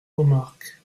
remarques